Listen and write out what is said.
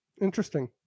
Interesting